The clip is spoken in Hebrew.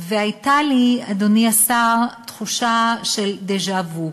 והייתה לי, אדוני השר, תחושה של דז'ה-וו.